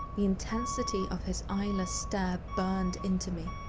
the intensity of his eyeless stare burned into me,